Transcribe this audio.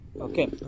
Okay